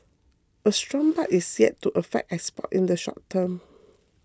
a strong baht is yet to affect exports in the short term